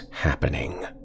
happening